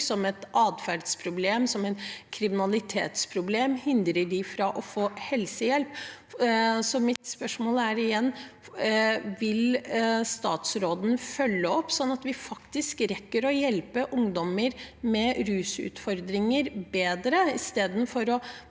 som et adferdsproblem og et kriminalitetsproblem hindrer dem i å få helsehjelp. Mitt spørsmål er igjen: Vil statsråden følge opp sånn at vi faktisk rekker å hjelpe ungdommer med rusutfordringer bedre, i stedet for